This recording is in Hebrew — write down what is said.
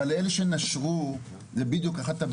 אבל אלה שנשרו, זה בדיוק אחת הבעיות.